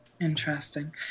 Interesting